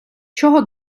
чого